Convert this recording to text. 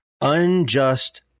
unjust